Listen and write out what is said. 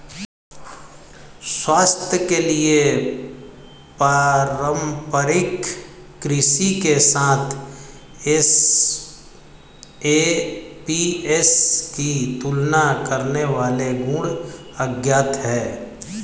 स्वास्थ्य के लिए पारंपरिक कृषि के साथ एसएपीएस की तुलना करने वाले गुण अज्ञात है